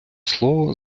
слова